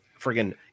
friggin